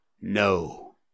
No